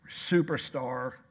superstar